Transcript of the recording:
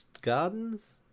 gardens